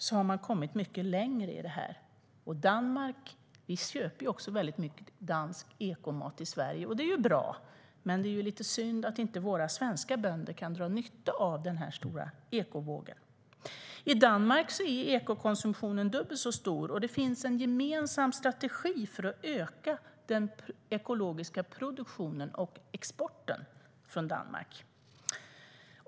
Där har man kommit mycket längre i detta. Vi köper också mycket dansk ekomat i Sverige, och det är bra, men det är lite synd att inte våra svenska bönder kan dra nytta av den stora ekovågen. I Danmark är ekokonsumtionen dubbelt så stor, och det finns en gemensam strategi för att öka den ekologiska produktionen och exporten från Danmark.